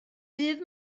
dydd